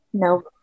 No